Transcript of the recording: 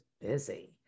busy